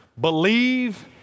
believe